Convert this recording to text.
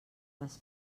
les